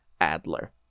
Adler